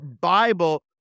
Bible